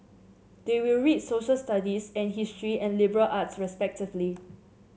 they will read Social Studies and history and liberal arts respectively